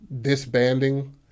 disbanding